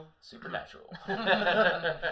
Supernatural